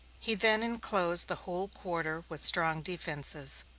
he then inclosed the whole quarter with strong defenses.